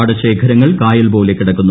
പാടശേഖരങ്ങൾ കായൽ പോലെ കിടക്കുന്നു